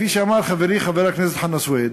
כפי שאמר חברי חבר הכנסת חנא סוייד,